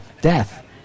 Death